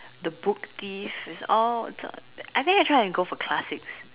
the book theif is all I think I try and go for classics